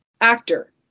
actor